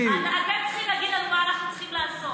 אתם צריכים להגיד לנו מה אנחנו צריכים לעשות.